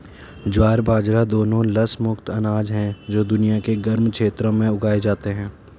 ज्वार बाजरा दोनों लस मुक्त अनाज हैं जो दुनिया के गर्म क्षेत्रों में उगाए जाते हैं